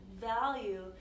value